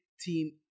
team